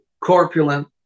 corpulent